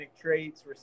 traits